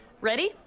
Ready